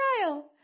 trial